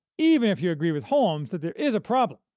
even if you agree with holmes that there is a problem.